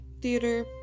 theater